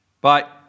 Bye